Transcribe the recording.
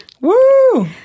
Woo